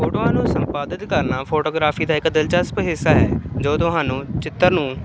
ਫੋਟੋਆਂ ਨੂੰ ਸੰਪਾਦਿਤ ਕਰਨਾ ਫੋਟੋਗਰਾਫੀ ਦਾ ਇੱਕ ਦਿਲਚਸਪ ਹਿੱਸਾ ਹੈ ਜੋ ਤੁਹਾਨੂੰ ਚਿੱਤਰ ਨੂੰ